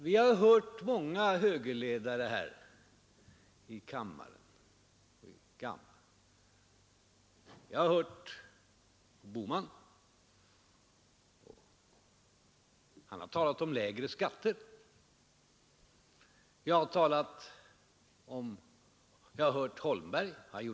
Vi har hört många högerledare här i riksdagen. Vi har hört Holmberg tala om lägre skatter.